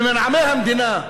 במנעמי המדינה,